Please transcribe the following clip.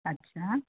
अच्छा